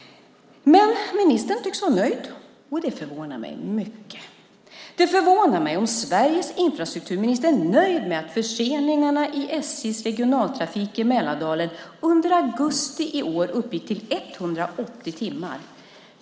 Men ministern tycks vara nöjd, och det förvånar mig mycket. Det förvånar mig om Sveriges infrastrukturminister är nöjd med att förseningarna i SJ:s regionaltrafik i Mälardalen under augusti i år uppgick till 180 timmar.